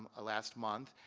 um last month.